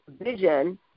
vision